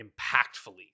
impactfully